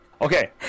Okay